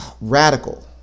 radical